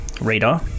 radar